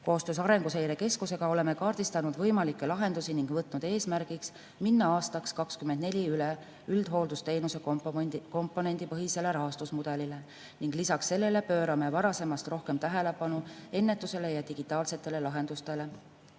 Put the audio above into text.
Koostöös Arenguseire Keskusega oleme kaardistanud võimalikke lahendusi ning võtnud eesmärgiks minna aastaks 2024 üle üldhooldusteenuse komponendipõhisele rahastusmudelile ning lisaks sellele pöörame varasemast rohkem tähelepanu ennetusele ja digitaalsetele lahendustele. Eesti